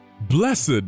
Blessed